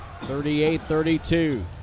38-32